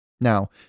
Now